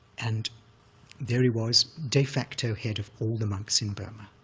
and there he was, de facto head of all the monks in burma,